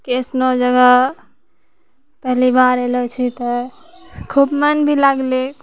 की अइसनो जगह पहली बार अएलऽ छिए तऽ खूब मोन भी लागलै